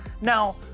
now